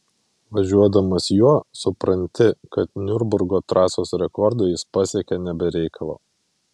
važiuodamas juo supranti kad niurburgo trasos rekordą jis pasiekė ne be reikalo